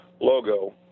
logo